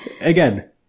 Again